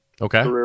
okay